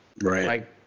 Right